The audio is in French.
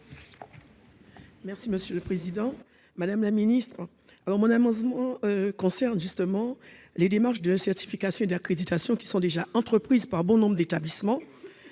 Mme Victoire Jasmin. Madame la ministre, mon amendement concerne les démarches de certification et d'accréditation qui sont déjà entreprises par bon nombre d'établissements.